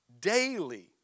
daily